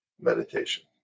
meditation